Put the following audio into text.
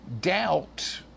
doubt